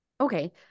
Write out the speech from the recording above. Okay